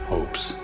Hopes